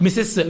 Mrs